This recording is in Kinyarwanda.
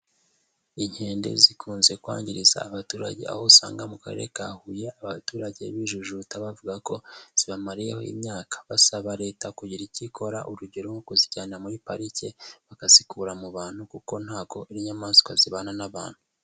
Inkende zikunze kwangirizi abaturage, aho usanga mu karere ka Huye abaturage bijujuta bavuga ko zibamariyeho imyaka, basaba Leta kugira icyo ikora, urugero kuzijyana muri pariki bakazikura mu bantu kuko ntago inyamaswa zibana n'abantu.